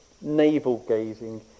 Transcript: navel-gazing